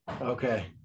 okay